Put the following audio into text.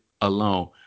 alone